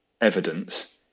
evidence